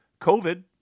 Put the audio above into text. COVID